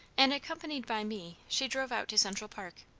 and accompanied by me, she drove out to central park.